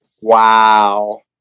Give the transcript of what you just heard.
Wow